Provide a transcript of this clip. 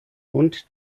und